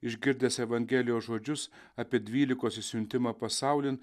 išgirdęs evangelijos žodžius apie dvylikos išsiuntimą pasaulin